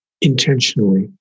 intentionally